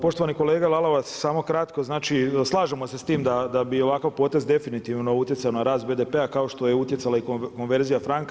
Poštovani kolega Lalovac, samo kratko znači, slažemo se s tim da bi ovakav potez definitivno utjecao na rast BDP-a kao što je utjecala i konverzija franka.